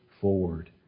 forward